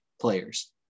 players